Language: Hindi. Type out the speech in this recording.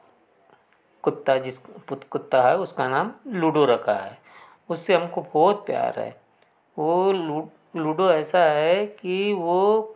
कुत्ता जिसका कुत्ता है उसका नाम लूडो रखा है उससे हम को बहुत प्यार है वह लूडो ऐसा है कि वह